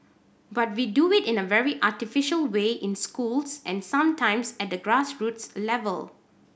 but we do it in a very artificial way in schools and sometimes at the grassroots level